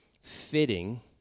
fitting